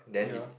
ya